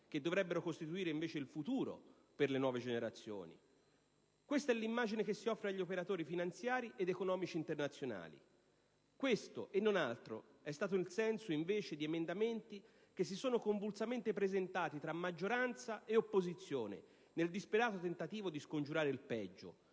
che dovrebbero invece costituire il futuro per le nuove generazioni? Questa è l'immagine che si offre agli operatori finanziari ed economici internazionali. Questo, e non altro, è stato invece il senso di emendamenti che sono stati convulsamente presentati da maggioranza ed opposizione, nel disperato tentativo di scongiurare il peggio,